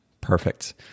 Perfect